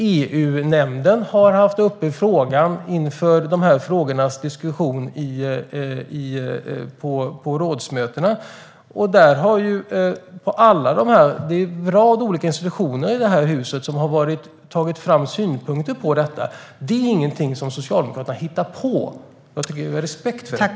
EU-nämnden har haft uppe frågan inför diskussioner om detta på rådsmötena. Det är en rad olika institutioner i det här huset som har tagit fram synpunkter på detta. Det är ingenting som Socialdemokraterna har hittat på. Jag tycker att vi ska ha respekt för det.